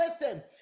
listen